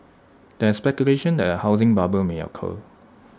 there is speculation that A housing bubble may occur